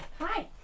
Hi